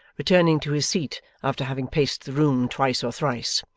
returning to his seat after having paced the room twice or thrice,